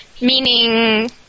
Meaning